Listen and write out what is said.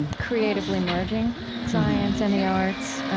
and creatively merging science and the arts,